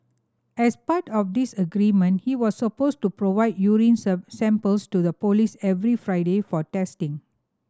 as part of this agreement he was supposed to provide urine samples to the police every Friday for testing